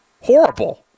horrible